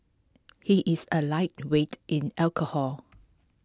he is A lightweight in alcohol